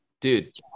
Dude